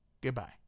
Goodbye